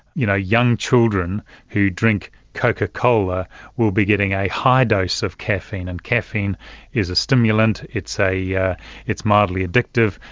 you know, young children who drink coca-cola will be getting a high dose of caffeine, and caffeine is a stimulant, it's yeah it's mildly addictive,